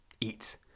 eat